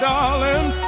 Darling